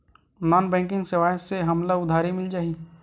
Non banking सेवाएं से हमला उधारी मिल जाहि?